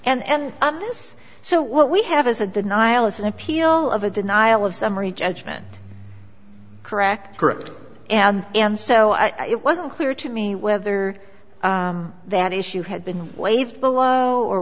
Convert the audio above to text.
right and of this so what we have is a denial is an appeal of a denial of summary judgment correct correct and and so i it wasn't clear to me whether that issue had been waived below or